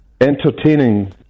entertaining